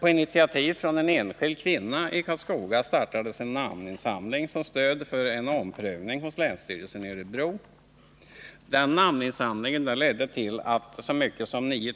På initiativ av en enskild kvinna i Karlskoga startades en namninsamling som stöd för en omprövning hos länsstyrelsen i Örebro. Den namninsamlingen ledde till att så mycket som 9